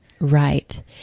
Right